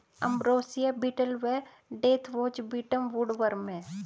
ambrosia beetle व deathwatch beetle woodworm हैं